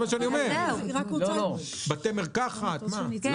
בזמן שמחכים בתור